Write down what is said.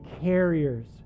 carriers